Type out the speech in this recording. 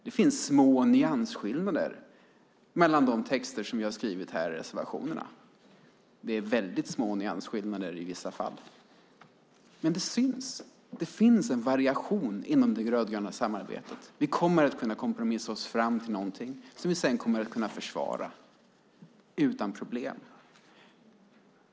Det finns små nyansskillnader mellan de texter vi har skrivit i reservationen, men det är i vissa fall väldigt små nyansskillnader. Det finns en variation inom det rödgröna samarbetet. Vi kommer att kunna kompromissa oss fram till någonting som vi sedan kommer att kunna försvara utan problem.